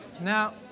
Now